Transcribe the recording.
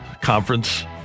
Conference